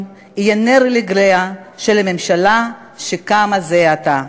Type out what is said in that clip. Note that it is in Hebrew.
יהיה נר לרגליה של הממשלה שקמה זה עתה.